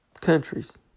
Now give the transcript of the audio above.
countries